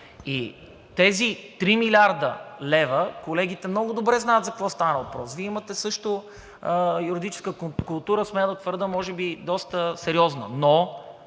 и тези 3 млрд. лв., колегите много добре знаят за какво става въпрос. Вие имате също юридическа култура, смея да твърдя, може би доста сериозна,